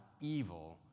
evil